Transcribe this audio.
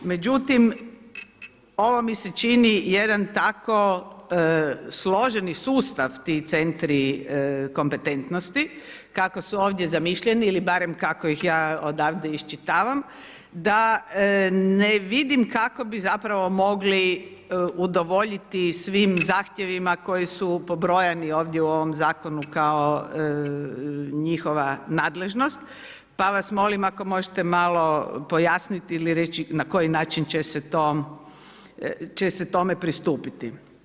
Međutim, ovo mi se čini jedan tako složeni sustav ti centri kompetentnosti kako su ovdje zamišljeni ili barem kako ih ja odavde iščitavam, da ne vidim kako bi zapravo mogli udovoljiti svim zahtjevima koji su pobrojeni ovdje u ovom zakonu kao njihova nadležnost pa vas molim ako možete malo pojasniti ili reći na koji način će se tome pristupiti.